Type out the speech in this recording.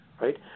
right